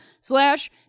slash